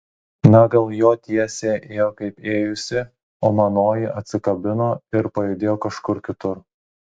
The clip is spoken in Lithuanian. na gal jo tiesė ėjo kaip ėjusi o manoji atsikabino ir pajudėjo kažkur kitur